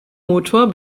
motor